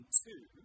two